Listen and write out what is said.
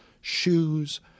shoes